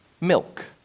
Milk